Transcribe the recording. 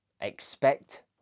Expect